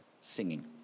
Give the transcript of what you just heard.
singing